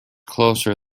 closer